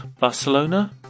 Barcelona